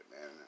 man